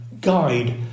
guide